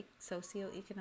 socioeconomic